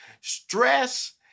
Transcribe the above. Stress